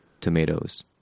tomatoes